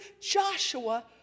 Joshua